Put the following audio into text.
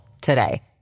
today